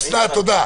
הרוויזיה לא התקבלה.